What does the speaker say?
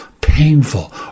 painful